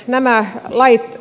arvoisa puhemies